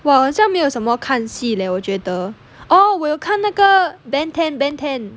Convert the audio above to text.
!wah! 我好像没什么看戏 leh 我觉得 oh 我有看那个 ben ten ben ten